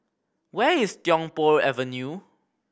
where is Tiong Poh Avenue